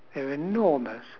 they're enormous